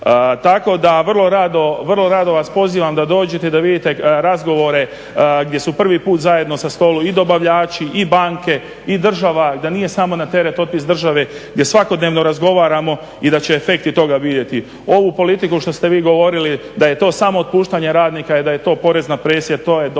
Tako da vrlo rado vas pozivam da dođete i da vidite razgovore gdje su prvi put zajedno za stolom i dobavljači i banke i država, da nije samo na teret otpis države gdje svakodnevno razgovaramo i da će se efekti toga vidjeti. Ovu politiku što ste vi govorili da je to samo otpuštanje radnika i da je to porezna presija, to je doslovno